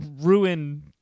ruin